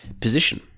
position